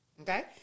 Okay